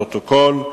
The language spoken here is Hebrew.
לפרוטוקול.